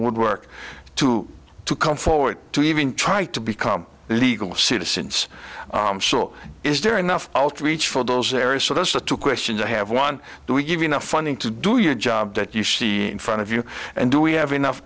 woodwork to to come forward to even try to become legal citizens so is there enough oil to reach for those areas so those are two questions i have one that we give enough funding to do your job that you see in front of you and do we have enough